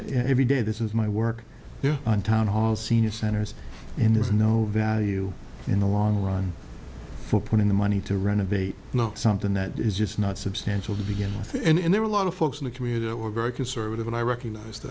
every day this is my work here in town hall senior centers and there's no value in the long run for putting the money to renovate not something that is just not substantial to begin with and there are a lot of folks in the community were very conservative and i recognize